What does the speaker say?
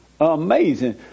Amazing